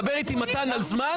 מדבר איתי מתן על זמן,